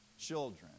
children